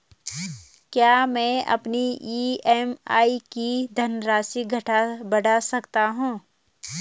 क्या मैं अपनी ई.एम.आई की धनराशि घटा बढ़ा सकता हूँ?